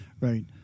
Right